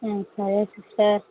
మ్మ్ సరే సిస్టర్